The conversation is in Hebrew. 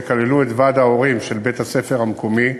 שכללו את ועד ההורים של בית-הספר המקומי,